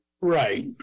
right